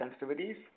sensitivities